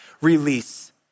release